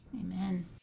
Amen